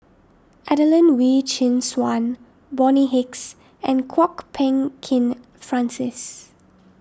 Adelene Wee Chin Suan Bonny Hicks and Kwok Peng Kin Francis